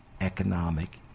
economic